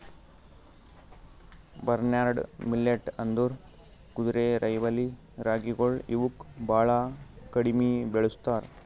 barnyard millet ಅಂದುರ್ ಕುದುರೆರೈವಲಿ ರಾಗಿಗೊಳ್ ಇವುಕ್ ಭಾಳ ಕಡಿಮಿ ಬೆಳುಸ್ತಾರ್